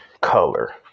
color